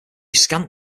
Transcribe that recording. scant